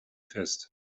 fest